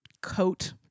coat